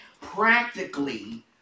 practically